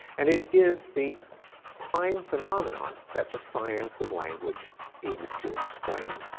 and it is the prime phenomenon that the science of language aims to explain.